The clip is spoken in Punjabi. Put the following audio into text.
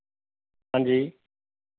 ਹਾਂਜੀ